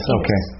okay